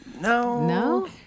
No